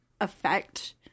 affect